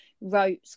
wrote